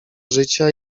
życia